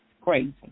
Crazy